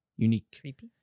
unique